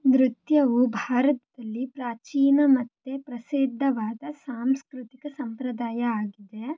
ನೃತ್ಯವು ಭಾರತದಲ್ಲಿ ಪ್ರಾಚೀನ ಮತ್ತು ಪ್ರಸಿದ್ಧವಾದ ಸಾಂಸ್ಕೃತಿಕ ಸಂಪ್ರದಾಯ ಆಗಿದೆ